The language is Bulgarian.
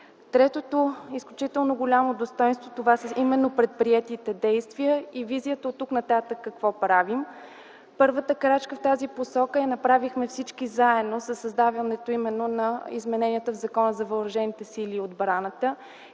Третото изключително голямо достойнство са именно предприетите действия и визията какво правим оттук нататък. Първата крачка в тази посока я направихме всички заедно със създаването на измененията в Закона за въоръжените сили и отбраната